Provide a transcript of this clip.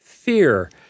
fear